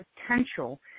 potential